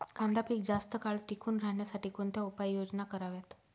कांदा पीक जास्त काळ टिकून राहण्यासाठी कोणत्या उपाययोजना कराव्यात?